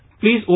Please